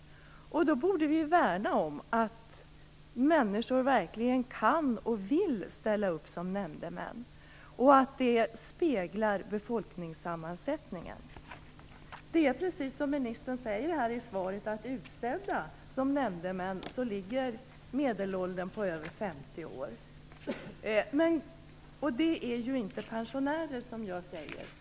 Därför borde vi värna om de människor som verkligen kan och vill ställa upp som nämndemän och om att de speglar befolkningssammansättningen. Precis som ministern säger i svaret ligger medelåldern för dem som är utsedda till nämndemän på över 50 år. Det är alltså inte fråga om pensionärer.